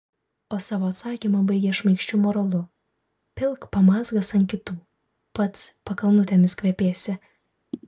o savo atsakymą baigia šmaikščiu moralu pilk pamazgas ant kitų pats pakalnutėmis kvepėsi